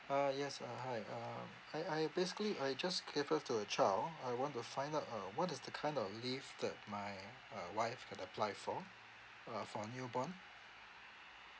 uh yes uh hi um I I basically I just gave birth to a child I want to find out uh what is the kind of leave that my uh wife can apply for uh for a newborn